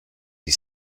die